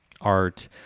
art